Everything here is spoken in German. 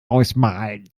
ausmalen